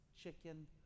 chicken